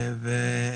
באופוזיציה,